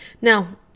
Now